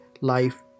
life